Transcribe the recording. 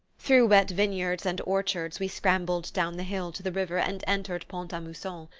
through wet vineyards and orchards we scrambled down the hill to the river and entered pont-a-mousson.